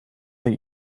that